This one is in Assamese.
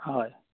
হয়